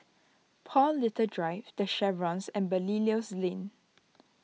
Paul Little Drive the Chevrons and Belilios Lane